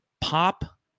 pop